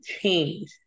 change